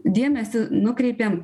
dėmesį nukreipėm